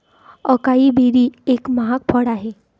acai berry एक महाग फळ आहे